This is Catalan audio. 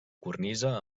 cornisa